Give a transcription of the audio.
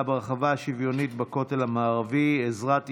ברחבה השוויונית בכותל המערבי (עזרת ישראל)